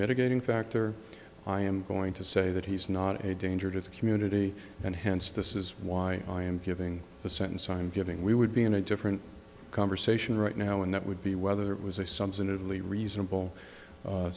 mitigating factor i am going to say that he's not a danger to the community and hence this is why i am giving the sentence i'm giving we would be in a different conversation right now and that would be whether it was a substantively reasonable